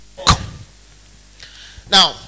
Now